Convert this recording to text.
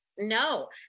No